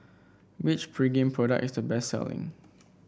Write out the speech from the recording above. which Pregain product is the best selling